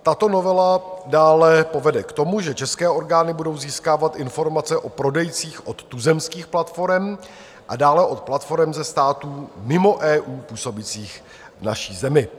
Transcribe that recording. Tato novela dále povede k tomu, že české orgány budou získávat informace o prodejcích od tuzemských platforem a dále od platforem ze států mimo EU působících v naší zemi.